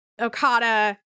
okada